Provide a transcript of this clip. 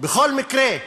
בכל מקרה,